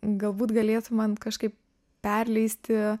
galbūt galėtų man kažkaip perleisti